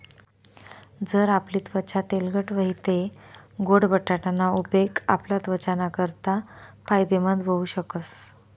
जर आपली त्वचा तेलकट व्हयी तै गोड बटाटा ना उपेग आपला त्वचा नाकारता फायदेमंद व्हऊ शकस